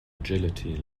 agility